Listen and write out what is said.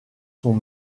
sont